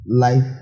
life